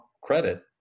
credit